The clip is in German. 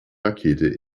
rakete